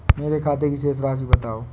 मेरे खाते की शेष राशि बताओ?